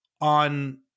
on